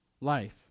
life